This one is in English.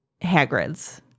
Hagrid's